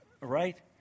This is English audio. Right